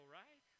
right